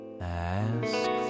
Ask